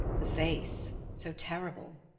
the face so terrible.